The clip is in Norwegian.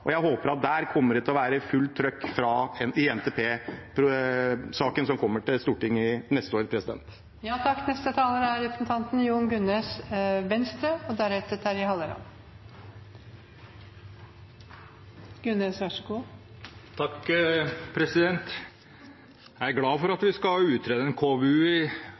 plass. Jeg håper at der kommer det til å være fullt trøkk i NTP-saken som kommer til Stortinget neste år. Jeg er glad for at vi skal få en KVU,